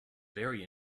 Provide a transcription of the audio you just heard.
very